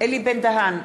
אלי בן-דהן,